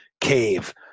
cave